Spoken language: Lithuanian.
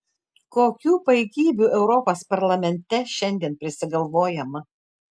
kokių paikybių europos parlamente šiandien prisigalvojama